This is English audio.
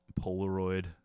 Polaroid